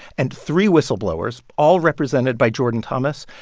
and three whistleblowers, all represented by jordan thomas,